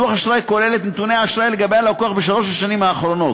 דוח אשראי כולל את נתוני האשראי לגבי הלקוח בשלוש השנים האחרונות.